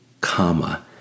comma